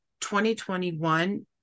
2021